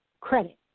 credit